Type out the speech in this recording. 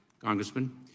Congressman